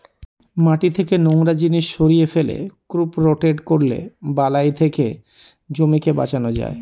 মাটি থেকে নোংরা জিনিস সরিয়ে ফেলে, ক্রপ রোটেট করলে বালাই থেকে জমিকে বাঁচানো যায়